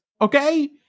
Okay